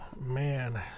man